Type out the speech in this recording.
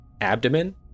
abdomen